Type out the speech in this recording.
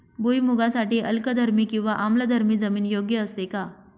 भुईमूगासाठी अल्कधर्मी किंवा आम्लधर्मी जमीन योग्य असते का?